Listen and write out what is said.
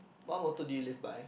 what motto do you live by